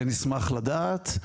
נשמח לדעת.